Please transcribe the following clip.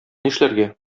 нишләргә